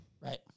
Right